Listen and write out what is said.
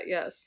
Yes